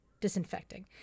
disinfecting